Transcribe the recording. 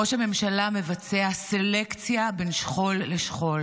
ראש הממשלה מבצע סלקציה בין שכול לשכול,